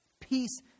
Peace